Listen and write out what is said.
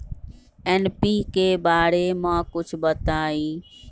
NPK बारे म कुछ बताई?